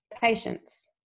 Patience